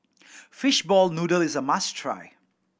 fishball noodle is a must try